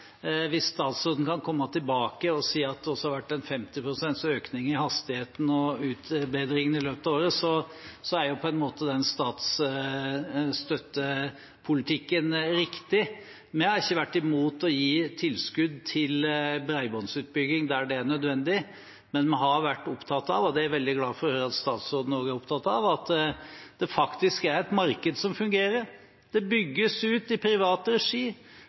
Hvis statsråden kan komme tilbake og si at det også har vært en 50 pst. økning i hastigheten og utbedringen i løpet av året, er på en måte den statsstøttepolitikken riktig. Jeg har ikke vært mot å gi tilskudd til bredbåndsutbygging der det er nødvendig, men vi har vært opptatt av – og det er jeg veldig glad for å høre at statsråden også er opptatt av – at det faktisk er et marked som fungerer. Det bygges ut i privat regi.